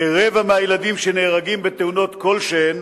כרבע מהילדים שנהרגים בתאונות כלשהן,